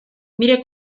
mire